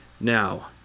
now